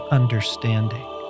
understanding